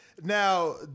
Now